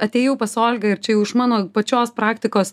atėjau pas olgą ir čia jau iš mano pačios praktikos